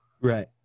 right